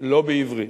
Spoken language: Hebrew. לא בעברית.